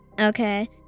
Okay